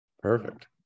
Perfect